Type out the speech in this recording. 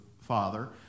Father